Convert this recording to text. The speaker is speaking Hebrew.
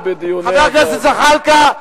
חבר הכנסת זחאלקה.